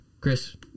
Chris